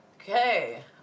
Okay